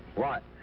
what?